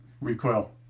recoil